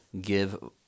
give